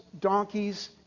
donkeys